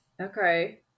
Okay